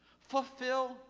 Fulfill